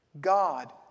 God